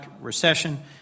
recession